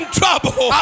trouble